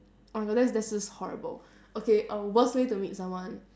oh my god this this is horrible okay err worst way to meet someone